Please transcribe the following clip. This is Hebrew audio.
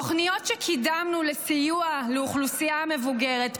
תוכניות שקידמנו לסיוע לאוכלוסייה המבוגרת,